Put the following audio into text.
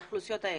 לאוכלוסיות האלה.